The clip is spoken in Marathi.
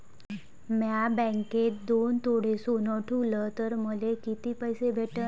म्या बँकेत दोन तोळे सोनं ठुलं तर मले किती पैसे भेटन